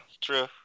true